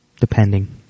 Depending